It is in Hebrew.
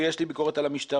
ויש לי ביקורת על המשטרה,